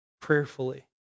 prayerfully